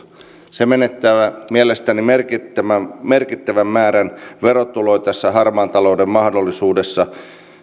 se menettää mielestäni merkittävän määrän verotuloja tässä harmaan talouden mahdollisuudessa